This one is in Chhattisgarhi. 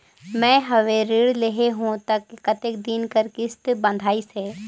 मैं हवे ऋण लेहे हों त कतेक दिन कर किस्त बंधाइस हे?